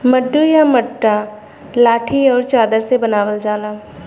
मड्डू या मड्डा लाठी आउर चादर से बनावल जाला